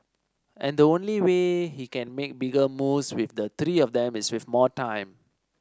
and the only way he can make bigger moves with the three of them is with more time